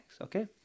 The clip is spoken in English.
okay